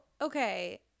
okay